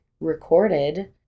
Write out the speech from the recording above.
recorded